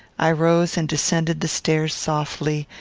i rose, and descended the stairs softly,